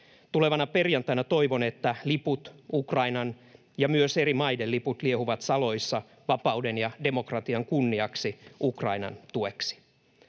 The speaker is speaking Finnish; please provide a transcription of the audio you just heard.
Tulevana perjantaina toivon, että Ukrainan ja myös eri maiden liput liehuvat saloissa vapauden ja demokratian kunniaksi, Ukrainan tueksi.